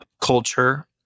culture